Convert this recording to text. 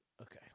Okay